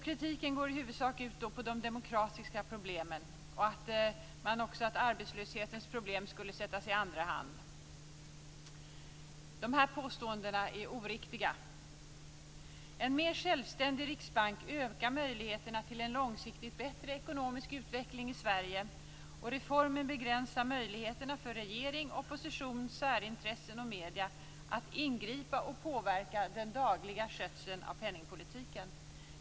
Kritiken går i huvudsak ut på de demokratiska problemen och på att arbetslöshetens problem skulle sättas i andra hand. De här påståendena är oriktiga. En mer självständig riksbank ökar möjligheterna till en långsiktigt bättre ekonomisk utveckling i Sverige. Reformen begränsar möjligheterna för regering, opposition, särintressen och medier att ingripa och påverka den dagliga skötseln av penningpolitiken.